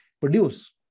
produce